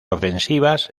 ofensivas